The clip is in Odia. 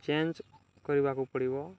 ଚେଞ୍ଜ କରିବାକୁ ପଡ଼ିବ